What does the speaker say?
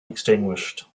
extinguished